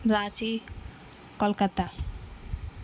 Ranchi Kolkata